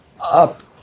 up